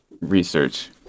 research